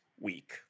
week